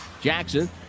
Jackson